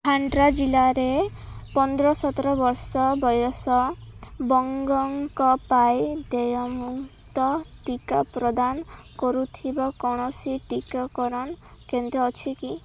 ଭଣ୍ଡରା ଜିଲ୍ଲାରେ ପନ୍ଦର ସତର ବର୍ଷ ବୟସ ବର୍ଗଙ୍କ ପାଇଁ ଦେୟମୁକ୍ତ ଟିକା ପ୍ରଦାନ କରୁଥିବା କୌଣସି ଟିକାକରଣ କେନ୍ଦ୍ର ଅଛି କି